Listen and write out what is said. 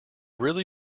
really